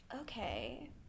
Okay